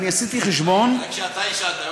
אני עשיתי חשבון, אולי כשאתה עישנת.